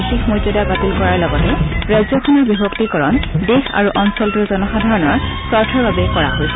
বিশেষ মৰ্যাদা বাতিল কৰাৰ লগতে ৰাজ্যখনৰ বিভক্তিকৰণ দেশ আৰু অঞ্চলটোৰ জনসাধাৰণৰ স্বাৰ্থৰ হকে কৰা হৈছে